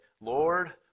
Lord